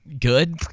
Good